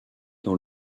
dans